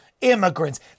immigrants